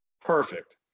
perfect